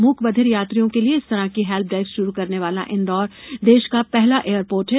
मूक बधिर यात्रियों के लिए इस तरह की हेल्प डेस्क शुरू करने वाला इंदौर देश का पहला एयरपोर्ट है